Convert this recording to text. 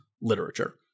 literature